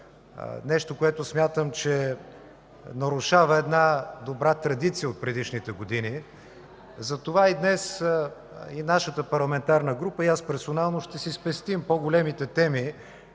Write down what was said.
нещо, което смятам, че нарушава една добра традиция от предишните години. Затова днес нашата парламентарна група и аз персонално ще си спестим по-големите теми,